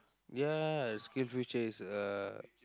ya skills future is a